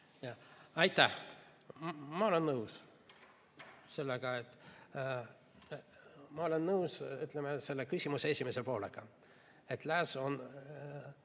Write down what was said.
Aitäh! Ma olen nõus. Ma olen nõus, ütleme, selle küsimuse esimese poolega, et lääs on